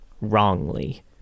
wrongly